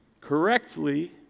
correctly